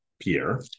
Pierre